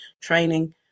training